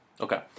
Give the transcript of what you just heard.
Okay